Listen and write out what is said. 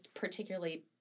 particularly